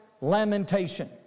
lamentation